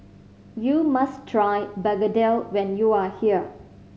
you must try begedil when you are here